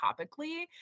topically